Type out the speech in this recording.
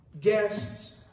guests